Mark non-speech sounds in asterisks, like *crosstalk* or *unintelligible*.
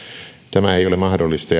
tämä ei ole mahdollista *unintelligible*